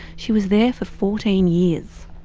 she was there for fourteen years.